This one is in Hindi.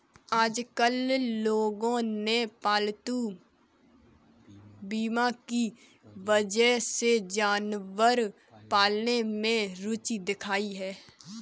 आजकल लोगों ने पालतू बीमा की वजह से जानवर पालने में रूचि दिखाई है